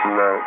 no